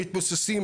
אפשר להטיל קנס.